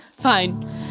Fine